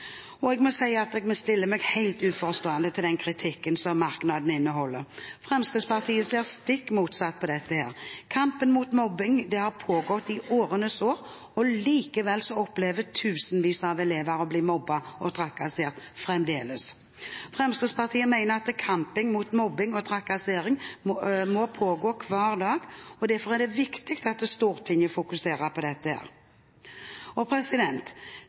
mobbing. Jeg må si at jeg stiller meg helt uforstående til den kritikken som merknaden inneholder. Fremskrittspartiet ser stikk motsatt på dette. Kampen mot mobbing har pågått i årevis, og likevel opplever fremdeles tusenvis av elever å bli mobbet og trakassert. Fremskrittspartiet mener at kampen mot mobbing og trakassering må pågå hver dag, og derfor er det viktig at Stortinget fokuserer på dette. Det at denne saken har vært på høring, har satt mobbing på dagsordenen i mange kommunestyrer og